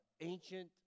ancient